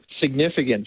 significant